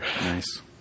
Nice